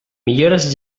millores